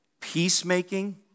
Peacemaking